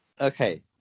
Okay